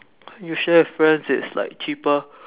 you share with friends it's like cheaper